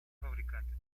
fabricante